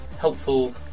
helpful